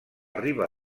riba